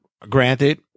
granted